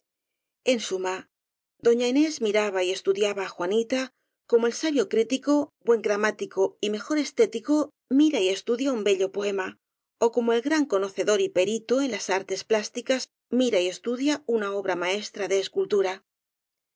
en suma doña inés miraba y estu diaba á juanita como el sabio crítico buen gramá tico y mejor estético mira y estudia un bello poe ma ó como el gran conocedor y perito en las artes plásticas mira y estudia una obra maestra de